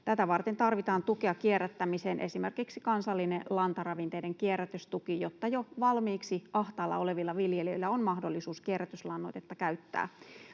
Tätä varten tarvitaan tukea kierrättämiseen, esimerkiksi kansallinen lantaravinteiden kierrätystuki, jotta jo valmiiksi ahtaalla olevilla viljelijöillä on mahdollisuus kierrätyslannoitetta